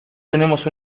tenemos